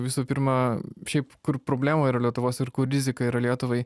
visų pirma šiaip kur problema yra lietuvos ir kur rizika yra lietuvai